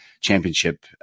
championship